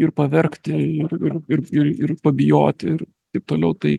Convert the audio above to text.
ir paverkti ir ir ir ir pabijoti ir taip toliau tai